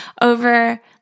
over